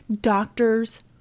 Doctor's